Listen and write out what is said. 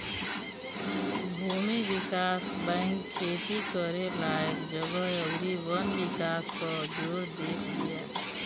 भूमि विकास बैंक खेती करे लायक जगह अउरी वन विकास पअ जोर देत बिया